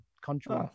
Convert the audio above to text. country